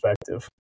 perspective